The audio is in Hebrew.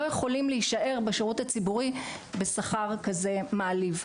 יכולים להישאר בשירות הציבורי בשכר כזה מעליב,